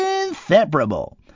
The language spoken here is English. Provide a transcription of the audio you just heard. inseparable